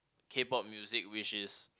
K-pop music which is